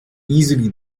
easily